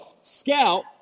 Scout